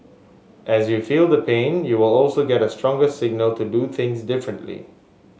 as you feel the pain you will also get a stronger signal to do things differently